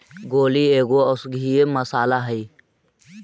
गोलकी एगो औषधीय मसाला हई